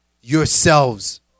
yourselves